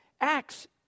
Acts